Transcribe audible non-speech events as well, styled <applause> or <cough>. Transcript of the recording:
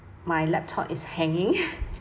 my laptop is hanging <laughs>